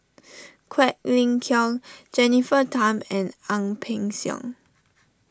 Quek Ling Kiong Jennifer Tham and Ang Peng Siong